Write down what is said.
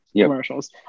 commercials